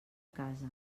casa